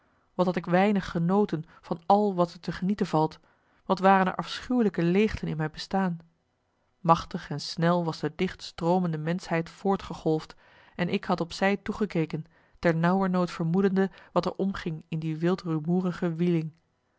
wat had ik weinig genoten van al wat er te genieten valt wat waren er afschuwelijke leegten in mijn bestaan machtig en snel was de dicht stroomende menschheid voortgegolfd en ik had opzij toegekeken ter nauwernood vermoedende wat er omging in die wildrumoerige wieling